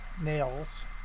nails